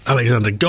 Alexander